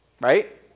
right